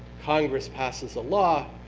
congress passes a law,